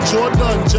Jordan